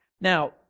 Now